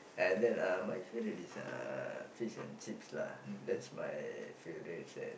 and then um my favourite is uh fish and chips lah that's my favourite and